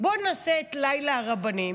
בוא נעשה את ליל הרבנים.